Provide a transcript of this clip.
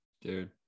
Dude